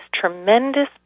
tremendous